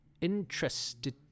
interested